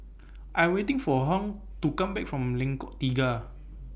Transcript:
I waiting For Hung to Come Back from Lengkok Tiga